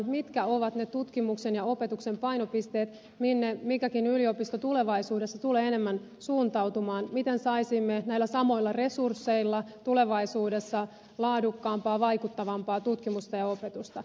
mitkä ovat ne tutkimuksen ja opetuksen painopisteet minne mikäkin yliopisto tulevaisuudessa tulee enemmän suuntautumaan miten saisimme näillä samoilla resursseilla tulevaisuudessa laadukkaampaa vaikuttavampaa tutkimusta ja opetusta